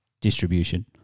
distribution